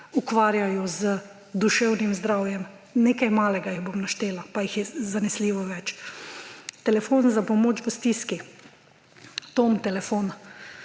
ukvarjajo z duševnim zdravjem. Nekaj malega jih bom naštela, pa jih je zanesljivo več: Telefon za pomoč v stiski ‒ Tom telefon,